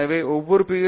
எனவே ஒவ்வொரு பி